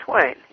twain